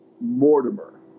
Mortimer